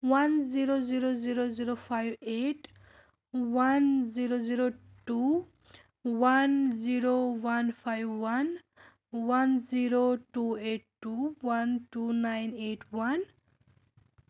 one zero zero zero zero five eight one zero zero two one zero one five one one zero two eight two one two nine eight one